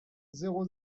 zéro